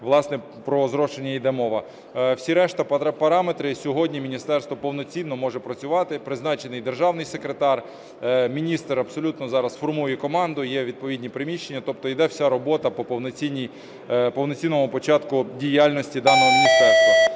Власне, про зрошення йде мова. Всі решта параметри, сьогодні міністерство повноцінно може працювати, призначений Державний секретар, міністр абсолютно зараз формує команду, є відповідні приміщення. Тобто йде вся робота по повноцінному початку діяльності даного міністерства.